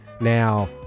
now